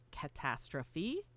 catastrophe